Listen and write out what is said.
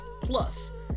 Plus